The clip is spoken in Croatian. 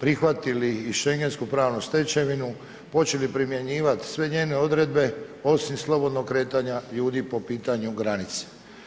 prihvatili i Schengensku pravnu stečevinu, počeli primjenjivat sve njene odredbe osim slobodnog kretanja ljudi po pitanju granice.